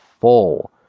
full